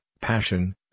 passion